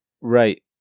Right